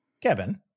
Kevin